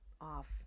off